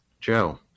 Joe